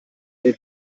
wer